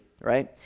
right